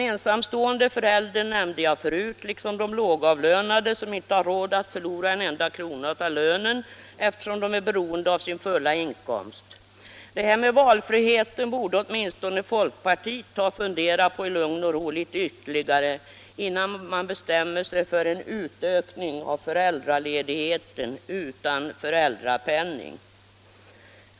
Ensamstående föräldrar nämnde jag förut liksom de lågavlönade som inte har råd att förlora en enda krona av lönen, eftersom de är beroende av sin fulla inkomst. Valfriheten borde åtminstone folkpartiet ta och fundera på ytterligare i lugn och ro, innan man bestämmer sig för en utökning av föräldraledigheten utan föräldrapenning.